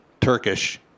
Turkish